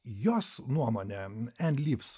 jos nuomone ann klyvs